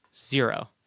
zero